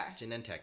Genentech